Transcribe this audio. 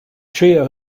trio